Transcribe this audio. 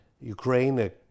Ukraine